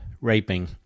raping